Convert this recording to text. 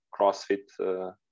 CrossFit